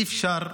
אי-אפשר,